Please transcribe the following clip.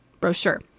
brochure